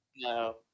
No